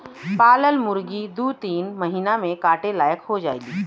पालल मुरगी दू तीन महिना में काटे लायक हो जायेली